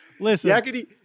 Listen